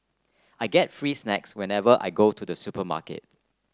I get free snacks whenever I go to the supermarket